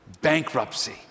bankruptcy